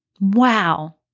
Wow